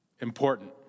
Important